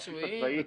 הבסיס הצבאי,